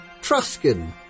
Truscan